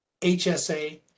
HSA